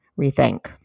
rethink